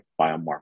biomarker